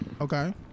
okay